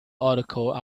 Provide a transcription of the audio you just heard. article